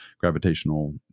gravitational